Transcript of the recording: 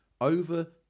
Over